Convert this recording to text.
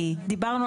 מקובל